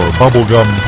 bubblegum